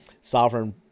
Sovereign